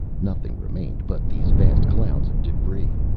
nothing remained but these vast clouds of debris.